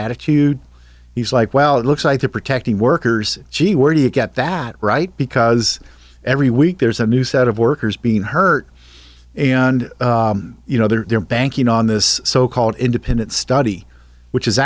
attitude he's like well it looks like they're protecting workers gee where do you get that right because every week there's a new set of workers being hurt and you know they're banking on this so called independent study which is